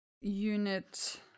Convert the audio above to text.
unit